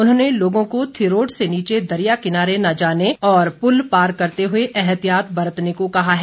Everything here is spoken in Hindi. उन्होंने लोगों को थिरोट से नीचे दरिया किनारे न जाने और पुल पार करते हुए एहतियात बरतने को कहा है